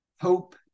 hope